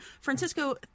Francisco